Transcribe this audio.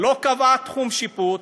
לא קבעה תחום שיפוט,